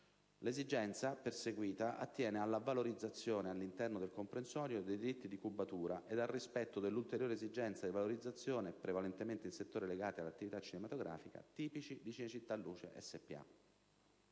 L'esigenza perseguita attiene alla valorizzazione all'interno del comprensorio dei diritti di cubatura ed al rispetto dell'ulteriore esigenza di valorizzazione prevalentemente in settori legati all'attività cinematografica tipici di Cinecittà Luce SpA.